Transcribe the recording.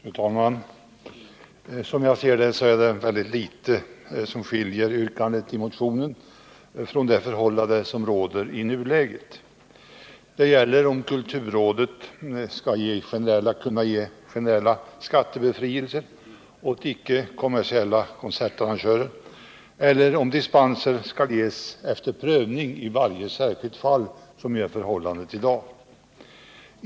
Fru talman! Som jag ser det är det väldigt litet som skiljer yrkandet i motionen från det förhållande som råder i nuläget. Det gäller om icke kommersiella konsertarrangörer skall kunna ges generell skattebefrielse eller om dispens skall ges efter prövning i varje särskilt fall, vilket är förhållandet i dag.